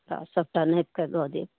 तऽ सबटा नापि कऽ दऽ देब